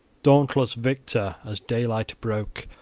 dauntless victor. as daylight broke,